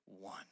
one